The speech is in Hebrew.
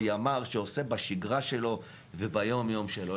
או ימ"ר שעושה בשגרה שלו וביום-יום שלו.